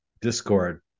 Discord